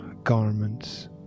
Garments